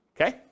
okay